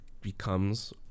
becomes